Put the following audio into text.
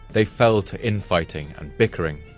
they fell to in fighting and bickering.